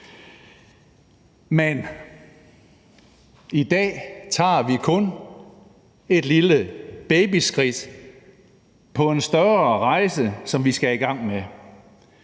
Men i dag tager vi kun et lille babyskridt på en større rejse, som vi skal i gang med,